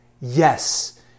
Yes